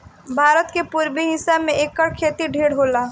भारत के पुरबी हिस्सा में एकर खेती ढेर होला